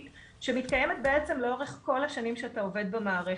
שמתקיימת בעצם לאורך כל השנים שאתה עובד במערכת.